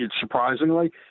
surprisingly